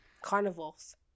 carnivals